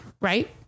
right